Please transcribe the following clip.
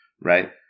right